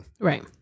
Right